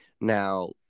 Now